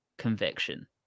conviction